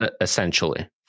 essentially